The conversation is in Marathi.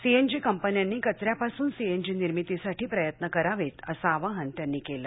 सी एन जी कंपन्यांनी कच या पासून सी एन जी निर्मितीसाठी प्रयत्न करावेत असं आवाहन त्यांनी केलं